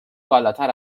بالاتر